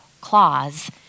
clause